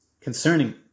concerning